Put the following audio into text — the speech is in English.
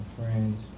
friends